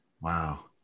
Wow